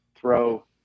throw